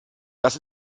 das